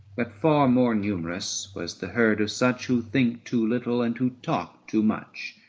but far more numerous was the herd of such who think too little and who talk too much.